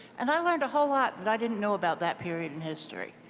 and i learned a whole lot that i didn't know about that period in history.